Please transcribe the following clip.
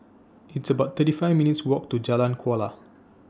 It's about thirty five minutes' Walk to Jalan Kuala